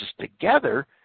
together